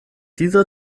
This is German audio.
dieser